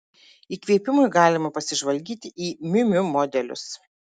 įkvėpimui galima pasižvalgyti į miu miu modelius